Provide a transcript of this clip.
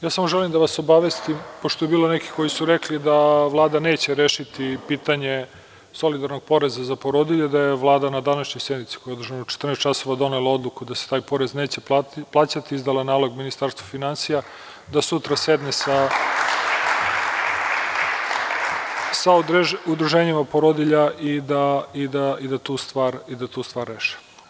Ja samo želim da vas obavestim, pošto je bilo nekih koji su rekli da Vlada neće rešiti pitanje solidarnog poreza za porodilje, da je Vlada na današnjoj sednici, koja je održana u 14.00 časova, donela odluku da se taj porez neće plaćati, izdala je nalog Ministarstvu finansija da sutra sedne sa udruženjima porodilja i da tu stvar reše.